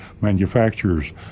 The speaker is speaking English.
Manufacturers